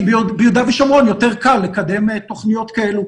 כי ביהודה ושומרון יותר קל לקדם תוכניות כאלו,